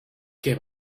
què